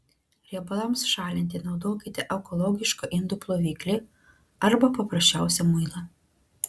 riebalams šalinti naudokite ekologišką indų ploviklį arba paprasčiausią muilą